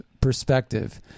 perspective